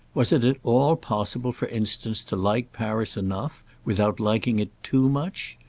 was it at all possible for instance to like paris enough without liking it too much?